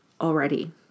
already